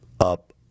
up